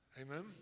Amen